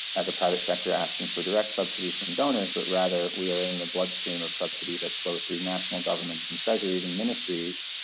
as a private sector, asking for direct subsidies from donors, but rather we are in the bloodstream of subsidies that flow through national governments and treasuries and ministries,